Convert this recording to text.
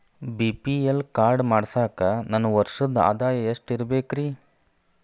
BPL card ಮಾಡ್ಸಾಕ ನನ್ನ ವರ್ಷದ್ ಆದಾಯ ಎಷ್ಟ ಇರಬೇಕ್ರಿ?